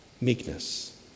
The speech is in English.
Meekness